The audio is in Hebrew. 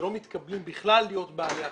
שלא מתקבלים בכלל להיות בעלי הכשרה.